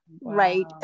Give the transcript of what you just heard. right